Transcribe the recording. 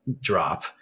drop